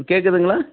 கேட்குதுங்களா